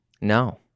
No